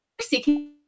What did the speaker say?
seeking